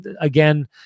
again